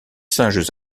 singes